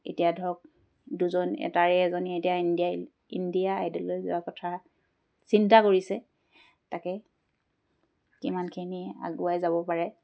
এতিয়া ধৰক দুজন তাৰে এজনী এতিয়া ইণ্ডিয়াই ইণ্ডিয়ান আইডললৈ যোৱাৰ কথা চিন্তা কৰিছে তাকে কিমানখিনি আগুৱাই যাব পাৰে